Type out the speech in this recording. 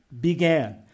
began